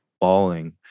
bawling